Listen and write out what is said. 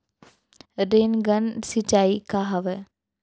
Rain gun सिंचाई का हवय?